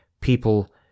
people